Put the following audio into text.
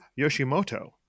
Yoshimoto